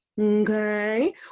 okay